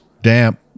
damp